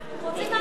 אנחנו רוצים, איך,